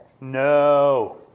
No